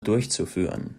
durchzuführen